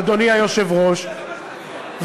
אדוני היושב-ראש,